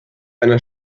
einer